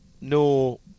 no